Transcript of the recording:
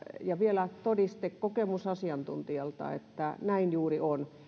ja vielä todiste kokemusasiantuntijalta että näin juuri on